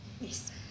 Yes